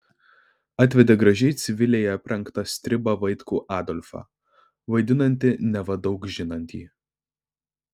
atvedė gražiai civiliai aprengtą stribą vaitkų adolfą vaidinantį neva daug žinantį